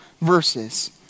verses